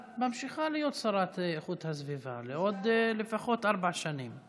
את ממשיכה להיות השרה לאיכות הסביבה עוד לפחות ארבע שנים,